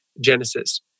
Genesis